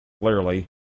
clearly